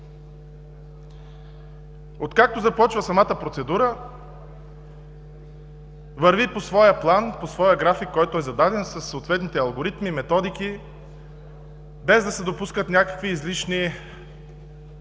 Откакто започва самата процедура, върви по своя план, график, който е зададен, със съответни алгоритми, методики, без да се допускат някакви излишни противоречия